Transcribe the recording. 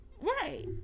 Right